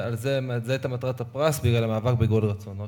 זו הייתה מטרת הפרס, בכלל המאבק בגואל רצון.